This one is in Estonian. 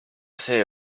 see